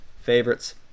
favorites